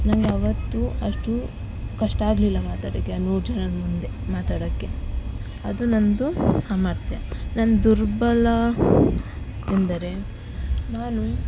ನಂಗೆ ಅವತ್ತು ಅಷ್ಟು ಕಷ್ಟ ಆಗಲಿಲ್ಲ ಮಾತಾಡೋಕೆ ಆ ನೂರು ಜನದ ಮುಂದೆ ಮಾತಾಡೋಕೆ ಅದು ನಂದು ಸಾಮರ್ಥ್ಯ ನಂದು ದುರ್ಬಲ ಎಂದರೆ ನಾನು